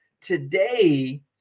today